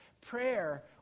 prayer